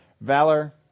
valor